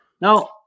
Now